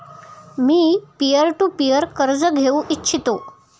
me peer to peer कर्ज घेऊ इच्छितो